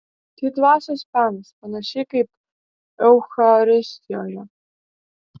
tai dvasios penas panašiai kaip eucharistijoje